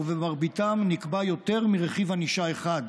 ובמרביתם נקבע יותר מרכיב ענישה אחד,